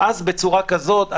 בצורה כזאת,